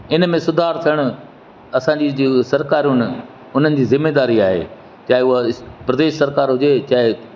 इन में सुधार थियणु असांजी जे सरकारूं आहिनि उन्हनि जी ज़िमेदारी आहे चाहे उहा प्रदेश सरकारु हुजे चाहे